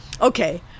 okay